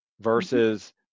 versus